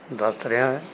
ਦੱਸ ਰਿਹਾ ਹੈ